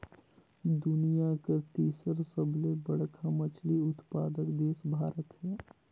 दुनिया कर तीसर सबले बड़खा मछली उत्पादक देश भारत हे